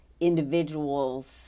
individuals